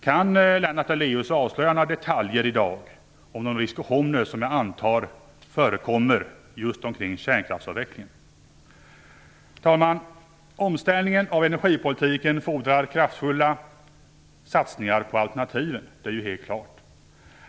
Kan Lennart Daléus i dag avslöja några detaljer om de diskussioner som jag antar förekommer just kring kärnkraftsavvecklingen? Herr talman! Omställningen av energipolitiken fordrar kraftfulla satsningar på alternativen. Det är helt klart.